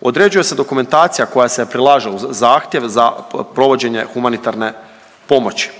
Određuje se dokumentacija koja se prilaže uz zahtjev za provođenje humanitarne pomoći.